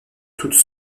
toute